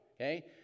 okay